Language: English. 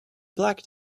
blacked